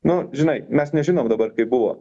nu žinai mes nežinom dabar kaip buvo